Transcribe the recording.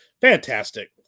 Fantastic